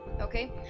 Okay